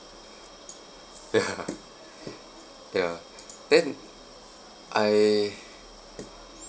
ya ya then I